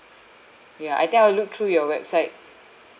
ya I think I will look through your website